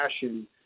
passion